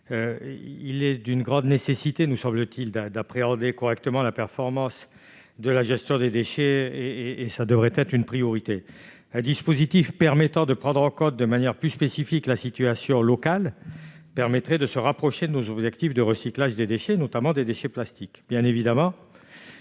Il nous semble particulièrement nécessaire d'appréhender correctement la performance de la gestion des déchets- cela devrait être une priorité. Un dispositif à même de prendre en compte de manière plus spécifique la situation locale permettrait de nous rapprocher de nos objectifs de recyclage des déchets, notamment des déchets plastiques. Bien évidemment,